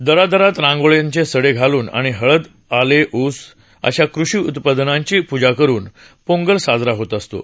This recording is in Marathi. दारादारात रांगोळ्यांचे सडे घालुन आणि हळद आले ऊस अशा कृषी उत्पादनांची पूजा करुन पोंगल साजरा होत असतो